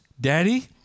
Daddy